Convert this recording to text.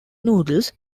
noodles